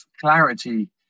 clarity